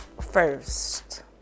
first